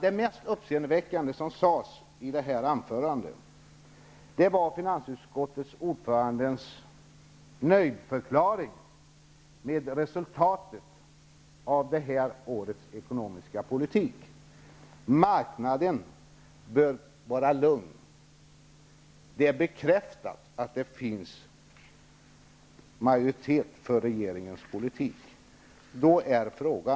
Det mest uppseendeväckande i finansutskottets ordförandes anförande var ändå att han förklarade sig nöjd med resultatet av det här årets ekonomiska politik. Marknaden bör vara lugn, eftersom det är bekräftat att det finns majoritet för regeringens politik.